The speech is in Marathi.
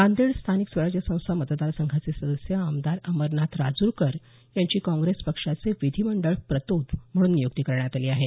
नांदेड स्थानिक स्वराज्य संस्था मतदार संघाचे सदस्य आमदार अमरनाथ राजूरकर यांची काँग्रेस पक्षाचे विधीमंडळ प्रतोद म्हणून नियुक्ती करण्यात आली आहे